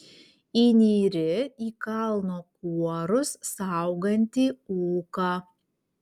įnyri į kalno kuorus saugantį ūką